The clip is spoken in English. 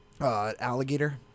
alligator